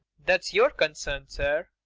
that's your concern, sir.